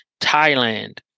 Thailand